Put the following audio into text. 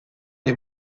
les